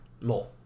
more